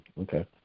Okay